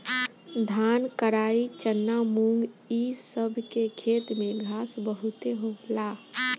धान, कराई, चना, मुंग इ सब के खेत में घास बहुते होला